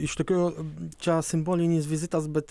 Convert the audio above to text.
iš tikrųjų čia simbolinis vizitas bet